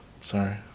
Sorry